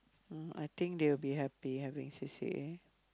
I think they'll be happy having C_C_A